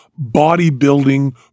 Bodybuilding